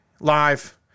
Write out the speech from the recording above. live